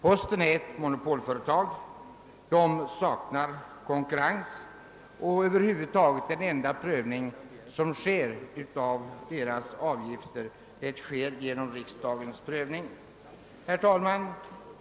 Posten är ett monopolföretag som saknar konkurrens, och den enda prövning som förekommer över huvud taget är riksdagens prövning. Herr talman!